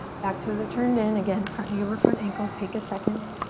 back toes are turned in. again, front knee over front ankle. take a second.